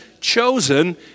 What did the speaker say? chosen